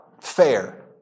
fair